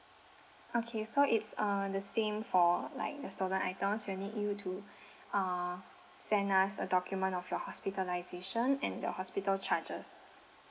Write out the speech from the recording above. okay so it's uh the same for like the stolen items we need you to uh send us a document of your hospitalization and the hospital charges